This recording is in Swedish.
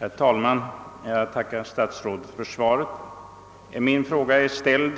Herr talman! Jag tackar statsrådet för svaret. Min fråga är ställd